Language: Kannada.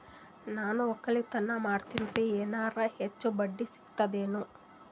ನಾ ಒಕ್ಕಲತನ ಮಾಡತೆನ್ರಿ ಎನೆರ ಹೆಚ್ಚ ಬಡ್ಡಿ ಸಿಗತದೇನು?